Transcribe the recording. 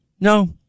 No